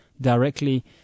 directly